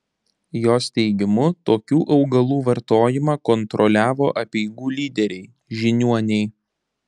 jos teigimu tokių augalų vartojimą kontroliavo apeigų lyderiai žiniuoniai